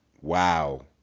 Wow